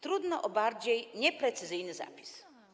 Trudno o bardziej nieprecyzyjny zapis.